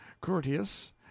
courteous